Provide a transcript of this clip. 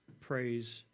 praise